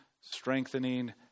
strengthening